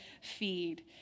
feed